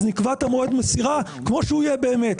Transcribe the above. נקבע את מועד המסירה כמו שהוא יהיה באמת.